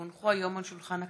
כי הונחו היום על שולחן הכנסת,